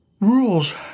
Rules